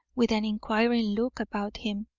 with an inquiring look about him.